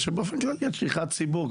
באופן כללי, את שליחת ציבור.